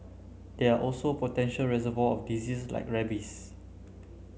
they are also potential reservoir of disease like rabies